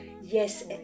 Yes